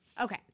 Okay